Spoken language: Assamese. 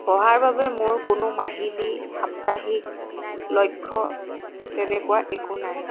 পঢ়াৰ বাবে মোৰ কোনো মাহিলী সাপ্তাহিক লক্ষ্য তেনেকুৱা একো নাই